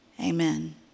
Amen